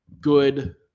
good